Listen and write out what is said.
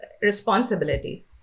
responsibility